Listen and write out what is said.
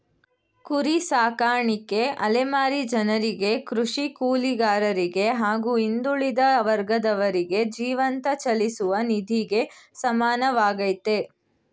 ಕುರಿ ಸಾಕಾಣಿಕೆ ಅಲೆಮಾರಿ ಜನರಿಗೆ ಕೃಷಿ ಕೂಲಿಗಾರರಿಗೆ ಹಾಗೂ ಹಿಂದುಳಿದ ವರ್ಗದವರಿಗೆ ಜೀವಂತ ಚಲಿಸುವ ನಿಧಿಗೆ ಸಮಾನವಾಗಯ್ತೆ